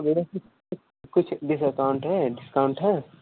मेरे को कुछ का काम थे काम था